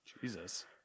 Jesus